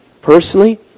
Personally